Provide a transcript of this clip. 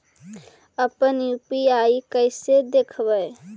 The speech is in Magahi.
अपन यु.पी.आई कैसे देखबै?